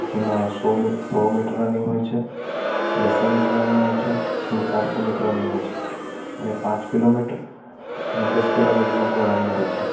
જેમા સો મીટ સો મીટર રનિંગ હોય છે બસો મીટર રનિંગ હોય છે ને ચારસો મીટર રનિંગ હોય છે અને પાંચ કિલો મીટર અને દસ કિલો મીટર પણ રનિંગ હોય છે